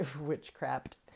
witchcraft